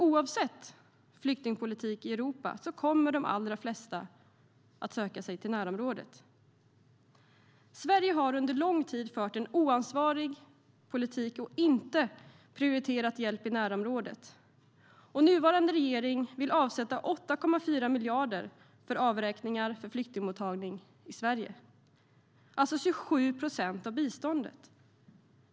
Oavsett flyktingpolitiken i Europa kommer nämligen de allra flesta flyktingarna att söka sig till närområdet. Sverige har under lång tid fört en oansvarig politik och inte prioriterat hjälp i närområdet. Nuvarande regering vill avsätta 8,4 miljarder för avräkningar för flyktingmottagning i Sverige, alltså 27 procent av biståndet.